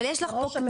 אבל יש לך פה,